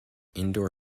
indoor